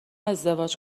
ازدواج